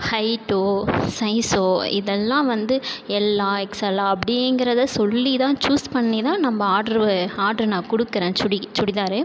ஹைட்டோ சைஸ்ஸோ இதெல்லாம் வந்து எல்லா எக்ஸ்எல்லா அப்படிங்குறத சொல்லி தான் சூஸ் பண்ணி தான் நம்ப ஆட்ரு ஆட்ரு நான் கொடுக்குறேன் சுடி சுடிதார்